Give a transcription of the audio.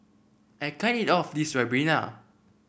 I can't eat all of this Ribena